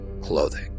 clothing